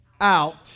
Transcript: out